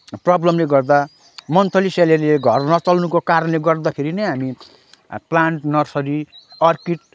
प्रब्लमले गर्दा मन्थली स्यालेरीले घर नचल्नुको कारणले गर्दाखेरि नै हामी प्लान्ट नर्सरी अर्किड